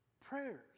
prayers